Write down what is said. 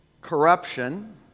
corruption